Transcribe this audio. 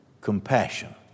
compassion